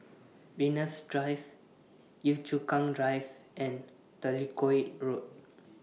Venus Drive Yio Chu Kang Drive and Jellicoe Road